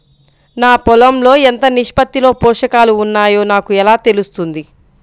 నా పొలం లో ఎంత నిష్పత్తిలో పోషకాలు వున్నాయో నాకు ఎలా తెలుస్తుంది?